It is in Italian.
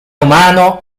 umano